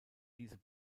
diese